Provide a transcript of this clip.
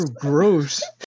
gross